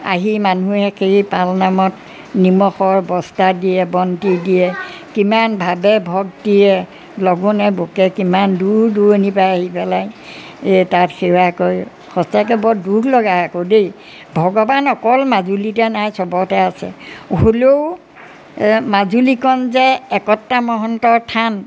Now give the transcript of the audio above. আহি মানুহে সেই পালনামত নিমখৰ বস্তা দিয়ে বন্তি দিয়ে কিমান ভাবে ভক্তিৰে লঘোনে ভোকে কিমান দূৰ দূৰণিৰপৰা আহি পেলাই এই তাত সেৱা কৰে সঁচাকৈ বৰ দুখলগা আকৌ দেই ভগৱান অকল মাজুলীতে নাই চবতে আছে হ'লেও মাজুলীখন যে একতা মহন্তৰ থান